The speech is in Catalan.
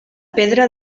pedra